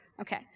Okay